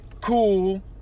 cool